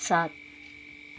सात